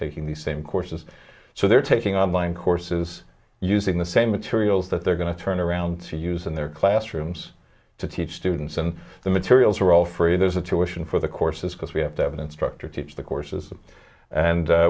taking the same courses so they're taking online courses using the same materials that they're going to turn around to use in their classrooms to teach students and the materials are all free there's a tuition for the courses because we have to have an instructor teach the courses and